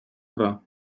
гра